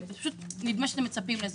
נדמה שאתם מצפים לזה.